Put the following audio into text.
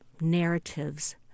narratives